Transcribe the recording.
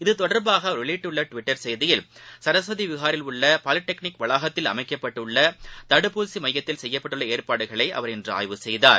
இது தொடர்பாகஅவர் வெளியிட்டுள்ளடுவிட்டர் செய்தியில் சரஸ்வதிவிகாரில் உள்ளபாலிடெக்னிக் அமைக்கப்பட்டுள்ளதடுப்பூசிமையத்தில் செய்யப்பட்டுள்ளஏற்பாடுகளைஅவர் வளாகத்தில் இன்றுஆய்வு செய்தார்